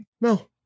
No